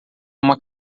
uma